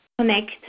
connect